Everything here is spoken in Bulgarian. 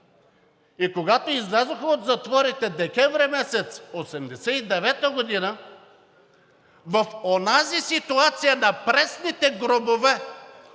И когато излязоха от затворите декември месец 1989 г. в онази ситуация на пресните гробове